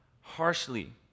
harshly